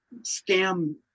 scam